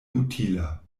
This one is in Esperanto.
utila